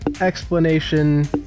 explanation